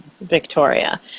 Victoria